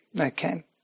Okay